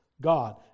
God